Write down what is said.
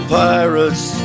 pirates